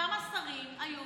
כמה שרים היו